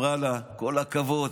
אמרה לה: כל הכבוד,